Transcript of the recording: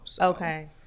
Okay